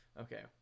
Okay